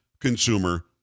consumer